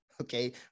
okay